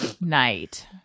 night